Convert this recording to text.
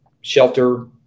shelter